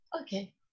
okay